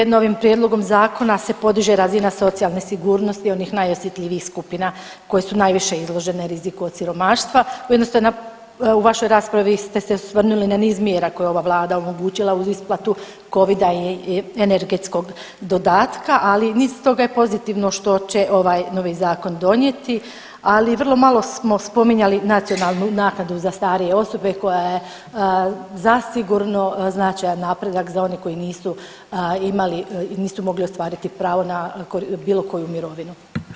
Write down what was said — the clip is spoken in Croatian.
Ujedno, ovim Prijedlogom zakona se podiže razina socijalne sigurnosti onih najosjetljivijih skupina koje su najviše izložene riziku od siromaštva. ... u vašoj raspravi ste se osvrnuli na niz mjera koje je ova Vlada omogućila uz isplatu Covida i energetskog dodatka, ali niz toga je pozitivno što će ovaj novi Zakon donijeti, ali vrlo malo smo spominjali nacionalnu naknadu za starije osobe koja je zasigurno značajan napredak za one koji nisu imali i nisu mogli ostvariti pravo na bilo koju mirovinu.